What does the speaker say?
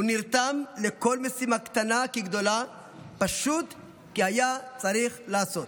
הוא נרתם לכל משימה קטנה כגדולה פשוט כי היה צריך לעשות.